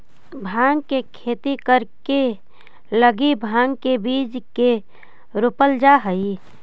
भाँग के खेती करे लगी भाँग के बीज के रोपल जा हई